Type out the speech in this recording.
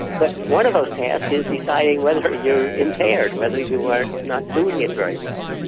but one of those tasks is deciding whether you're impaired, whether you are not doing it very well.